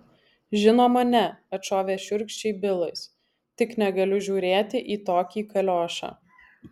žinoma ne atšovė šiurkščiai bilas tik negaliu žiūrėti į tokį kaliošą